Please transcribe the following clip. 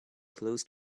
close